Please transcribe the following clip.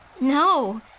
No